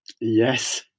Yes